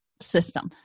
system